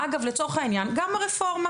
לצורך העניין, גם הרפורמה